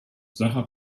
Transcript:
sacher